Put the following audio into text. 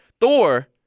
Thor